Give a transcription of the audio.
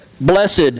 Blessed